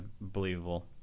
believable